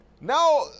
now